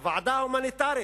לוועדה ההומניטרית: